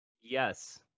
Yes